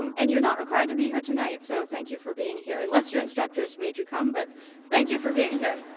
um and you're not required to be here tonight so thank you for being here unless your instructors made you come but thank you for being here.